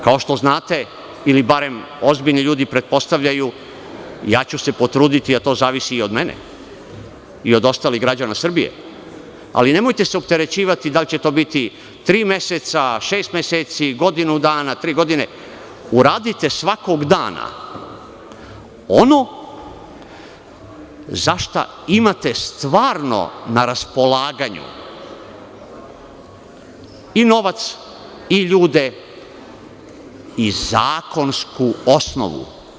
Kao što znate ili barem ozbiljni ljudi pretpostavljaju, ja ću se potruditi, a to zavisi i od mene i od ostalih građana Srbije, ali nemojte se opterećivati da li će to biti tri meseca, šest meseci, godinu dana, tri godine, uradite svakog dana ono za šta imate stvarno na raspolaganju i novac i ljude i zakonsku osnovu.